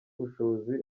ubushobozi